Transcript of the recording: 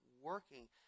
working